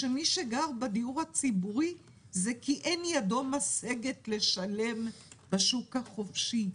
מי שגר בדיור הציבורי זה כי אין ידו משגת לשלם בשוק החופשי.